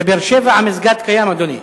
בבאר-שבע המסגד קיים, אדוני.